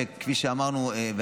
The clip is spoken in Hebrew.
כפי שאמרנו,